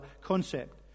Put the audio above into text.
concept